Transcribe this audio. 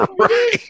right